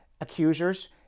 accusers